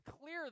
clear